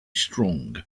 strong